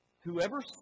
whoever